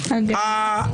צודק,